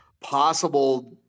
possible